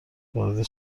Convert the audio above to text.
وارد